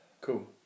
Cool